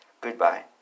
Goodbye